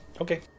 Okay